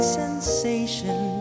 sensation